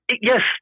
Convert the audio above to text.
Yes